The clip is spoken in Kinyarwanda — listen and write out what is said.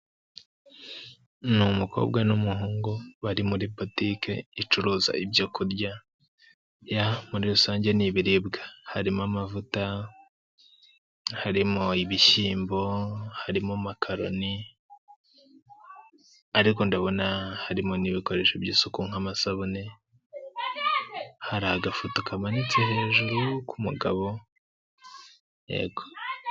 Ni umukobwa n'umuhungu bari muri botike icuruza ibyo kurya, muri rusange ni ibiribwa, harimo amavuta, harimo ibishyimbo, harimo amakaroni, ariko urabona harimo n'ibikoresho by'isuku nk'amasabune, hari agafoto kamanitse hejuru k'umugabo, yego.